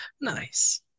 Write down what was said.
nice